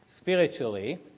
spiritually